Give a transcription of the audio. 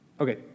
Okay